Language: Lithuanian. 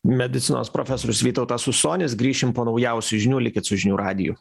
medicinos profesorius vytautas usonis grįšim po naujausių žinių likit su žinių radiju